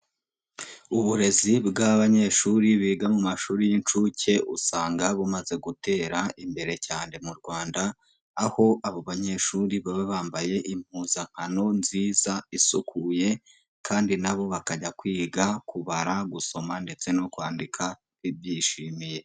Uburezi bw'abanyeshuri biga mu mashuri y'inshuke usanga bumaze gutera imbere cyane mu Rwanda aho abo banyeshuri baba bambaye impuzankano nziza isukuye kandi na bo bakajya kwiga kubara, gusoma ndetse no kwandika babyishimiye.